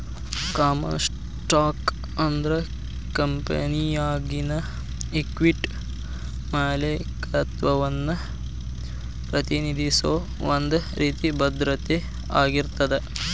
common stock ಅಂದ್ರ ಕಂಪೆನಿಯಾಗಿನ equity ಮಾಲೇಕತ್ವವನ್ನ ಪ್ರತಿನಿಧಿಸೋ ಒಂದ್ ರೇತಿ ಭದ್ರತೆ ಆಗಿರ್ತದ